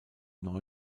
neu